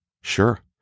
Sure